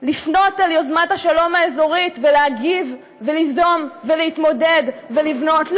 לפנות ליוזמת השלום האזורית ולהגיב וליזום ולהתמודד ולבנות.